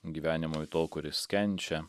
gyvenimui to kuris kenčia